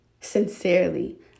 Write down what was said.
sincerely